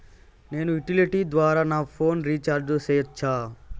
నేను యుటిలిటీ ద్వారా నా ఫోను రీచార్జి సేయొచ్చా?